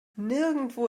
nirgendwo